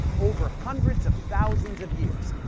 over hundreds of thousands of years,